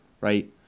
right